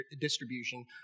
distribution